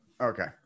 Okay